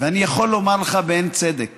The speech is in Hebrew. ואני יכול לומר לך בהן צדק